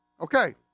Okay